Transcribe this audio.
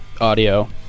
audio